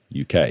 UK